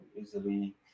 easily